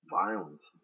violence